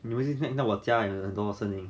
你们那我加有很多声音